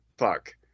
fuck